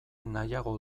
nahiago